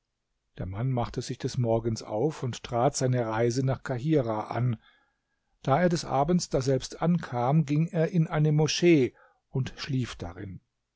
der mann machte sich des morgens auf und trat seine reise nach kahirah an da er des abends daselbst ankam ging er in eine moschee und schlief darin